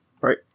right